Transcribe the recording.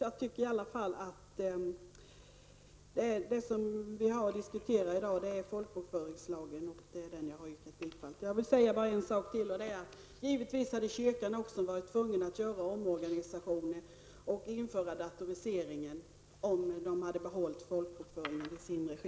Vi har som sagt i dag att diskutera folkbokföringslagen, och den jag yrkat bifall till. Givetvis hade kyrkan också blivit tvungen att göra omorganisationer och införa datorisering om den skulle ha behållit folkbokföringen i sin regi.